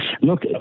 Look